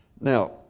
Now